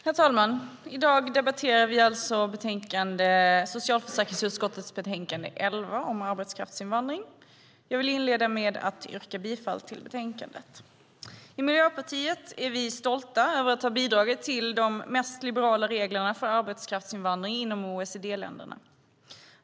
Herr talman! I dag debatterar vi socialförsäkringsutskottets betänkande 11 om arbetskraftsinvandring. Jag inleder med att yrka bifall till förslaget i betänkandet. I Miljöpartiet är vi stolta över att ha bidragit till de mest liberala reglerna för arbetskraftsinvandring inom OECD.